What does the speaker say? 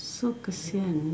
so kesian